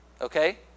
Okay